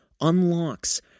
unlocks